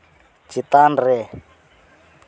ᱪᱮᱛᱟᱱ ᱨᱮ